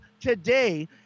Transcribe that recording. today